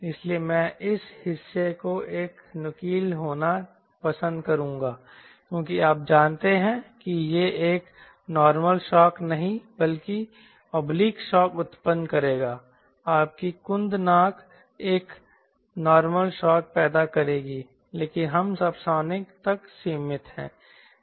इसलिए मैं इस हिस्से को एक नुकीला होना पसंद करूंगा क्योंकि आप जानते हैं कि यह एक नॉर्मल शौक नहीं बल्कि ऑब्लिक शौक उत्पन्न करेगा आपकी कुंद नाक एक नॉर्मल शौक पैदा करेगी लेकिन हम सबसोनिक तक सीमित हैं